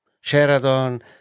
Sheraton